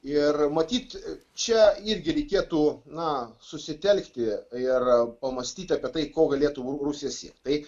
ir matyt čia irgi reikėtų na susitelkti ir pamąstyti apie tai ko galėtų rusija siekt tai